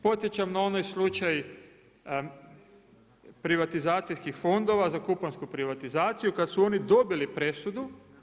Podsjećam na onaj slučaj privatizacijskih fondova za kuponsku privatizaciju kada su oni dobili presudu.